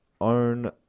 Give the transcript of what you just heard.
own